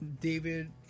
David